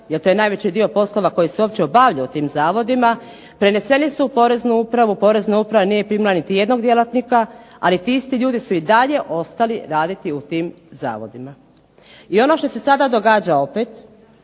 jer to je najveći dio posla koji se obavlja u tim Zavodima preneseni su u poreznu upravu, Porezna uprava nije primila niti jednog djelatnika ali ti isti ljudi su i dalje ostali raditi u tim Zavodima. I ono što se sada događa opet,